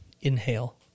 inhale